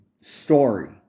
story